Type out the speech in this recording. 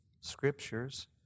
scriptures